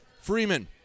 freeman